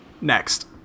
Next